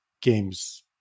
games